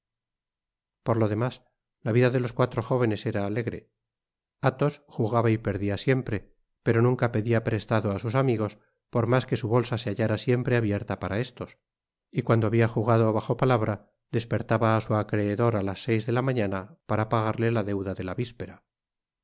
por lo demás la vida de los cuatro jóvenes era alegre athos jugaba y perdia siempre pero nunca pedia prestado á sus amigos por mas que su bolsa se hallara siempre abierta para estos y cuando habia jugado bajo palabra despertaba á su acreedor á las seis de la mañana para pagarle la deuda de la vispera